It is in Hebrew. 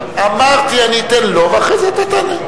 אמרתי שאני אתן לו ואחרי זה אתה תענה.